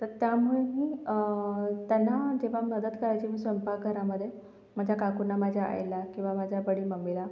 तर त्यामुळे मी त्यांना जेव्हा मदत करायचे मी स्वयंपाकघरामध्ये माझ्या काकूंना माझ्या आईला किंवा माझ्या बडी मम्मीला